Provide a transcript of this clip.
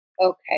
okay